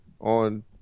on